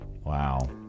Wow